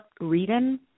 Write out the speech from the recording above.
reading